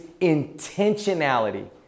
intentionality